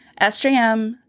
SJM